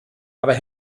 aber